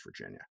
Virginia